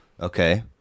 Okay